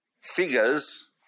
figures